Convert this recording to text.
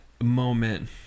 moment